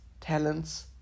talents